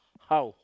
how